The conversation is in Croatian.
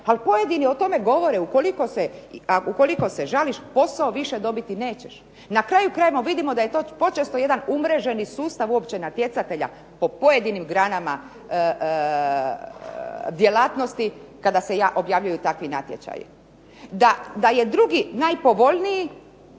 ali pojedini o tome govore. Ukoliko se žališ, posao više dobiti nećeš, na kraju krajeva vidimo da je to počesto jedan umreženi sustav natjecatelja po pojedinim granama djelatnosti kada se objavljuju javni natječaji. Da je drugi najpovoljniji,